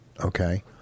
okay